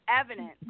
evident